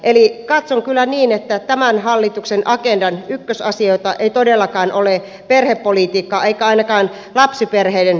eli katson kyllä niin että tämän hallituksen agendan ykkösasioita ei todellakaan ole perhepolitiikka eivätkä ainakaan lapsiperheiden asiat